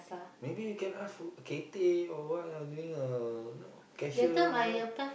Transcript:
maybe you can ask for Cathay or what uh doing a know cashier not bad